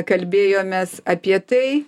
kalbėjomės apie tai